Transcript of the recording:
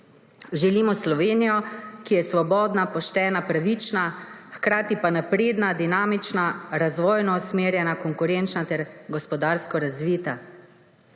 Želimo Slovenijo, ki je svobodna, poštena, pravična, hkrati pa napredna, dinamična, razvojno usmerjena, konkurenčna ter gospodarsko razvita.